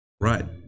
right